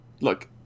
look